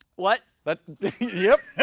what? but yep.